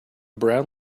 brown